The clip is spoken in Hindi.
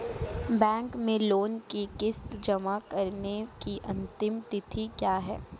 बैंक में लोंन की किश्त जमा कराने की अंतिम तिथि क्या है?